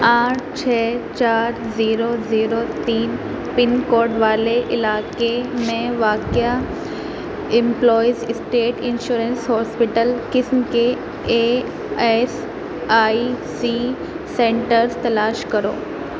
آٹھ چھ چار زیرو زیرو تین پن کوڈ والے علاقے میں واقع امپلائیز اسٹیٹ انشورنس ہاسپیٹل قسم کے E S I C centres تلاش کرو